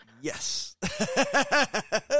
Yes